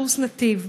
קורס נתיב.